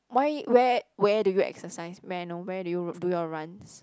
why where where do you exercise may I know where do you do your runs